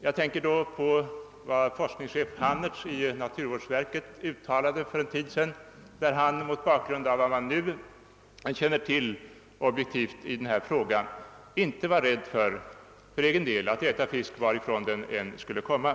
Jag tänker på vad forskningschef Hannerz i naturvårdsverket uttalade för en tid sedan. Enligt uppgift i pressen sade han då att han mot bakgrunden av vad man nu känner till i denna fråga för egen del inte var rädd för att äta fisk, varifrån den än kommer.